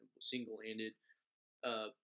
single-handed